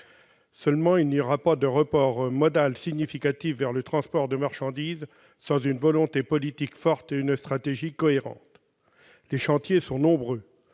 Toutefois, il n'y aura pas de report modal significatif vers le transport de marchandises sans une volonté politique forte et une stratégie cohérente. Les chantiers sont nombreux